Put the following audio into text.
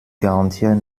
garantiert